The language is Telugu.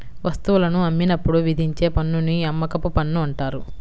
వస్తువులను అమ్మినప్పుడు విధించే పన్నుని అమ్మకపు పన్ను అంటారు